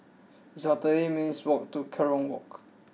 it's about thirty eight minutes' walk to Kerong Walk